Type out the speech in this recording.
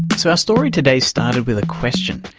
so our story today started with a question.